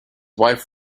wife